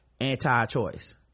anti-choice